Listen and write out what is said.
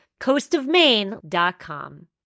coastofmaine.com